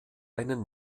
einen